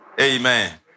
Amen